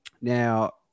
Now